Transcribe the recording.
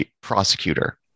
prosecutor